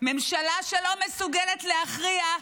ממשלה שלא מסוגלת להכריע,